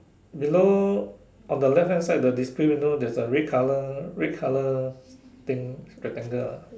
below on the left hand side the display window there's a red colour red colour thing rectangle ah